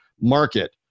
Market